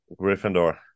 Gryffindor